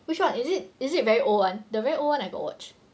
which one is it is it very old one the very old one I got watch